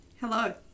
Hello